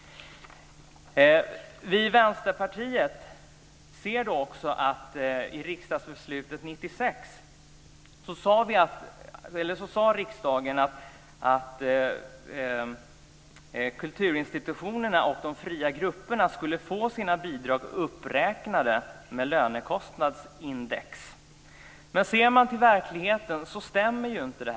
Vi i Vänsterpartiet ser också att i riksdagsbeslutet 1996 sade riksdagen att kulturinstitutionerna och de fria grupperna skulle få sina bidrag uppräknade med lönekostnadsindex. Men ser man till verkligheten stämmer inte det.